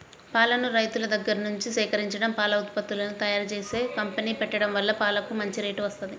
పాలను రైతుల దగ్గర్నుంచి సేకరించడం, పాల ఉత్పత్తులను తయ్యారుజేసే కంపెనీ పెట్టడం వల్ల పాలకు మంచి రేటు వత్తంది